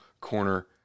corner